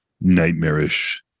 nightmarish